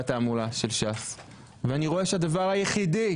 התעמולה של ש"ס ואני רואה שהדבר היחידי